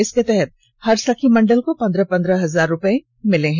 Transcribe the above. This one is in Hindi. इसके तहत हर सखी मंडल को पन्द्रह पन्द्रह हजार रुपए मिले हैं